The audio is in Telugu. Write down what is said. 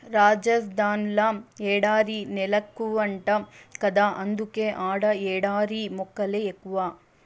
రాజస్థాన్ ల ఎడారి నేలెక్కువంట గదా అందుకే ఆడ ఎడారి మొక్కలే ఎక్కువ